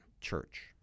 church